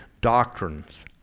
doctrines